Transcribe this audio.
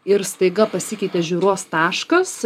ir staiga pasikeitė žiūros taškas